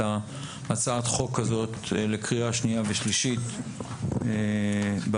הצעת החוק הזאת לקריאה שנייה ושלישית במליאה.